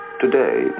Today